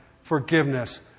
forgiveness